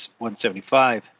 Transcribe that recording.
175